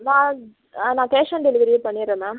நான் நான் cash on டெலிவரியே பண்ணிடுறேன் மேம்